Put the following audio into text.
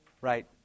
Right